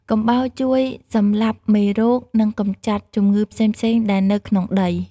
កំបោរជួយសម្លាប់មេរោគ និងកម្ចាត់ជំងឺផ្សេងៗដែលនៅក្នុងដី។